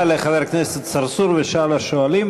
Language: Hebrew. תודה לחבר הכנסת צרצור ולשאר השואלים.